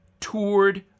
toured